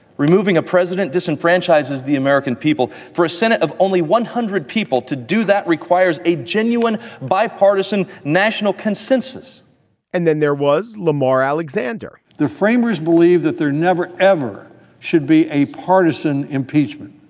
removing a president disenfranchises the american people. for a senate of only one hundred people, to do that requires a genuine bipartisan national consensus and then there was lamar alexander the framers believed that there never, ever should be a partisan impeachment.